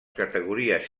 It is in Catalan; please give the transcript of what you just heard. categories